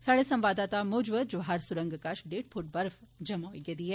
साहड़े संवाददाता मूजब जवाहर सुरंग कश डेढ़ फुट बर्फ जमा होई गेदी ऐ